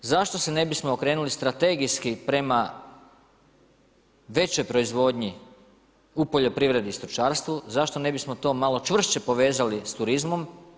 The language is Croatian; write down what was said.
Zašto se ne bismo okrenuli strategijski prema većoj proizvodnji u poljoprivredi i stočarstvu, zašto ne bismo to malo povezali s turizmom?